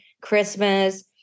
Christmas